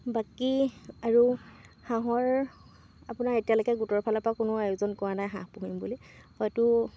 বাকী আৰু হাঁহৰ আপোনাৰ এতিয়ালৈকে গোটৰফালৰপৰা কোনো আয়োজন কৰা নাই হাঁহ পুহিম বুলি হয়তো